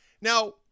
Now